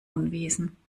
unwesen